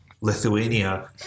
Lithuania